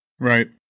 Right